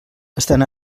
estan